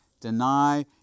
deny